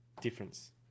difference